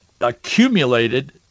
accumulated